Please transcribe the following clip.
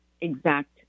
exact